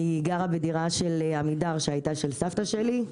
אני גרה בדירה של עמידר שהייתה של סבתא שלי.